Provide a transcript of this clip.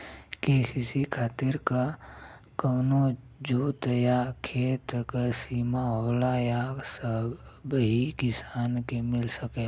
KCC खातिर का कवनो जोत या खेत क सिमा होला या सबही किसान के मिल सकेला?